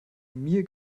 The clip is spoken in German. mir